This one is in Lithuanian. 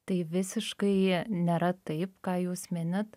tai visiškai nėra taip ką jūs minit